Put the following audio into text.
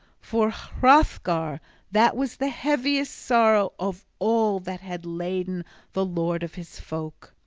for hrothgar that was the heaviest sorrow of all that had laden the lord of his folk.